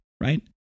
right